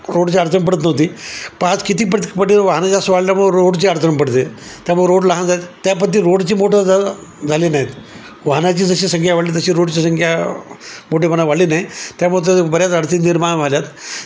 रोडची अडचण पडत नव्हती पाच किती पट पट वाहनं जास्त वाढल्यामुळं रोडची अडचण पडते त्यामुळं रोड लहान त्या पद्धतीचे रोडची मोठं जा झाली नाहीत वाहनाची जशी संख्या वाढली तशी रोडची संख्या मोठे म्हणा वाढली नाहीत त्यामुळं तरच बऱ्याच अडथळे निर्माण आल्यात